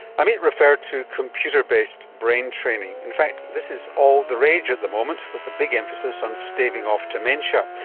amit referred to computer-based brain training. in fact this is all the rage at the moment with a big emphasis on staving off dementia.